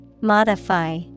Modify